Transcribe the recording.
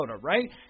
right